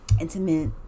intimate